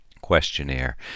questionnaire